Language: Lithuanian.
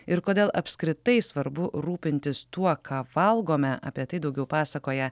ir kodėl apskritai svarbu rūpintis tuo ką valgome apie tai daugiau pasakoja